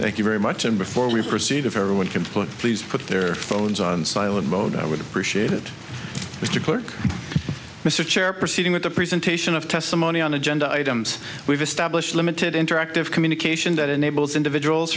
thank you very much and before we proceed if everyone can put please put their phones on silent mode i would appreciate it was declared mr chair proceeding with the presentation of testimony on agenda items we've established limited interactive communication that enables individuals